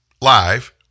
live